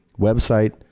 website